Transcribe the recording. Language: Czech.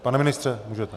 Pane ministře, můžete.